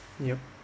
yup